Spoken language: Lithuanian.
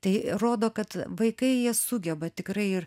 tai rodo kad vaikai jie sugeba tikrai ir